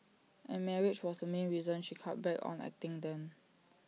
and marriage was the main reason she cut back on acting then